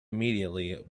immediately